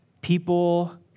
people